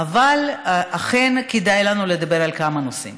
אבל כן כדאי לנו לדבר על כמה נושאים.